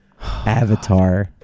Avatar